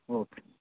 okay